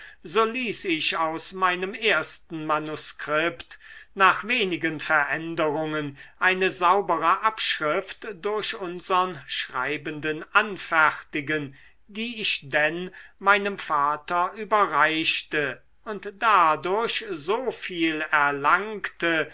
so ließ ich aus meinem ersten manuskript nach wenigen veränderungen eine saubere abschrift durch unsern schreibenden anfertigen die ich denn meinem vater überreichte und dadurch so viel erlangte